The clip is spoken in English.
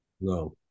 no